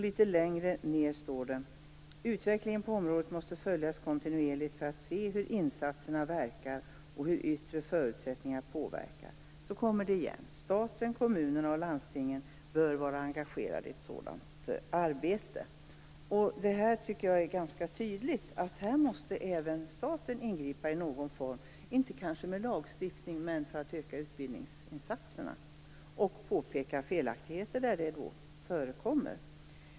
Litet längre fram framgår det också att utvecklingen på området måste följas kontinuerligt för att se hur insatserna och hur yttre förutsättningar påverkar. Staten, kommunerna och landstingen bör vara engagerade i ett sådant arbete. Jag tycker att det framgår tydligt att även staten måste ingripa i någon form, kanske inte med lagstiftning men för att öka utbildningsinsatserna - och påpeka felaktigheter där de förekommer.